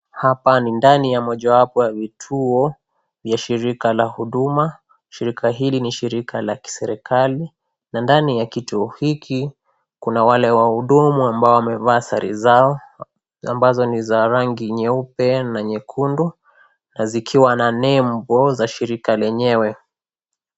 Hapa ni ndani ya mojawapo ya vituo ya shirika ya Huduma. Shirika hili ni shirika la kiserikali na ndani ya kituo hiki, kuna wale wahudumu ambao wamevaa sare zao ambazo ni za rangi nyeupe na nyekundu na zikiwa na nembo za shirika lenyewe.